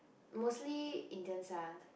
mostly Indians ah